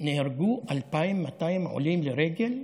נהרגו 2,200 עולים לרגל,